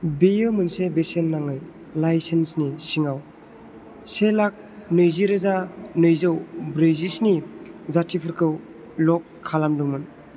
बेयो मोनसे बेसेन नाङै लाइसेन्सनि सिङाव से लाख नैजि रोजा नैजौ ब्रैजि स्नि जातिफोरखौ लग खालामदोंमोन